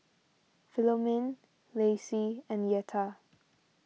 Philomene Lacy and Yetta